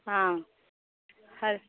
ஆ ஹல்